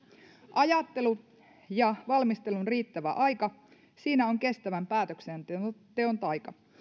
ajattelu ja valmisteluun riittävä aika siinä on kestävän päätöksenteon taika